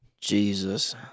Jesus